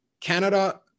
Canada